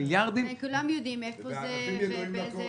במיליארדים -- כולם יודעים איפה זה -- זה בענפים ידועים לכל.